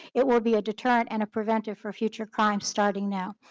it will be a deterrent and a preventive for future crimes starting now.